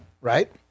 right